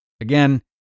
again